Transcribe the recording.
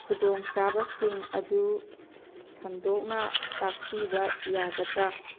ꯈꯨꯗꯣꯡ ꯆꯥꯕꯁꯤꯡ ꯑꯗꯨ ꯁꯟꯗꯣꯛꯅ ꯇꯥꯛꯄꯤꯕ ꯌꯥꯒꯗ꯭ꯔ